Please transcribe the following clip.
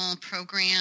program